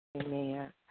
Amen